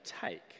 take